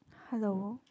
hello